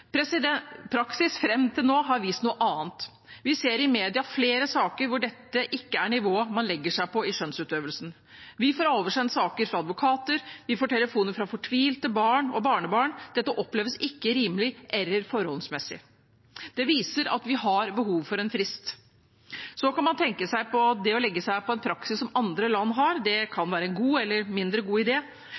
Praksis fram til nå har vist noe annet. Vi ser i media flere saker hvor dette ikke er nivået man legger seg på i skjønnsutøvelsen. Vi får oversendt saker fra advokater, vi får telefoner fra fortvilte barn og barnebarn. Dette oppleves ikke rimelig eller forholdsmessig. Det viser at vi har behov for en frist. Så kan man tenke seg at det å legge seg på en praksis andre land har, kan være en god eller mindre god